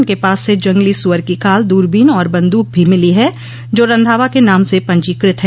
उनके पास से जंगली सुअर की खाल दूरबीन और बंदूक भी मिली है जो रंधावा के नाम से पंजीकृत है